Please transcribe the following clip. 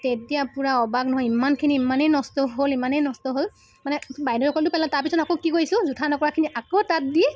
তেতিয়া পূৰা অবাক নহয় ইমানখিনি ইমানেই নষ্ট হ'ল ইমানেই নষ্ট হ'ল মানে বাইদেউসকলেতো পেলালে তাৰপিছত আকৌ কি কৰিছো জুঠা নকৰাখিনি আকৌ তাপ দি